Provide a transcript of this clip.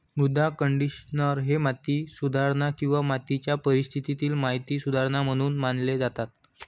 मृदा कंडिशनर हे माती सुधारणा किंवा मातीच्या परिस्थितीत माती सुधारणा म्हणून मानले जातात